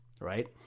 right